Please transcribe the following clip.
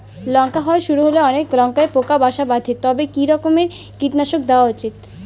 লঙ্কা হওয়া শুরু করলে অনেক লঙ্কায় পোকা বাসা বাঁধে তবে কি রকমের কীটনাশক দেওয়া উচিৎ?